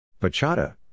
Bachata